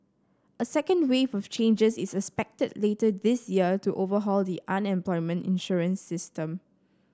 a second wave of changes is expected later this year to overhaul the unemployment insurance system